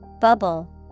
bubble